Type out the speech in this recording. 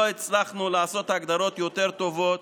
לא הצלחנו לעשות הגדרות יותר טובות